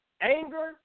anger